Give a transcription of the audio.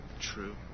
true